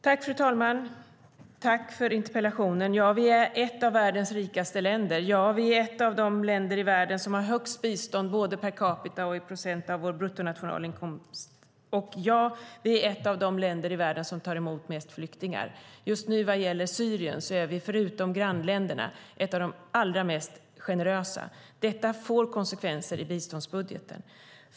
Fru talman! Tack för interpellationen! Vi är ett av världens rikaste länder. Ja, vi är ett av de länder i världen som ger mest i bistånd både per capita och i procent av vår bruttonationalinkomst. Ja, vi är ett av de länder i världen som tar emot flest flyktingar. Just vad gäller Syrien är vi, förutom grannländerna, ett av de mest generösa. Detta får konsekvenser i biståndsbudgeten.